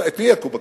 את מי יכו בכיס?